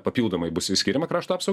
papildomai bus s skiriama krašto apsaugai